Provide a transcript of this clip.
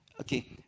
okay